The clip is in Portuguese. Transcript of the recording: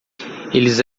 eles